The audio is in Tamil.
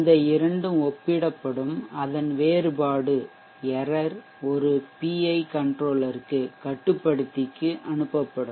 இந்த இரண்டும் ஒப்பிடப்படும் அதன் வேறுபாடு பிழைஎரர் ஒரு PI கன்ட்ரோலர்க்குகட்டுப்படுத்திக்கு அனுப்பப்படும்